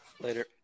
Later